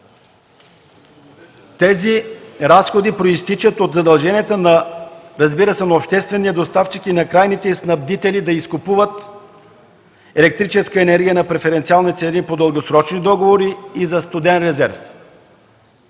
Тези разходи произтичат от задълженията, разбира се, на обществения доставчик и на крайните снабдители да изкупуват електрическа енергия на преференциални цени по дългосрочни договори и за студен резерв.